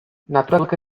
naturak